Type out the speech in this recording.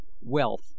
wealth